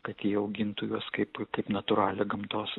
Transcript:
kad jie augintų juos kaip kaip natūralią gamtos